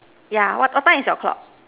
yeah what what time is your clock